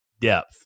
depth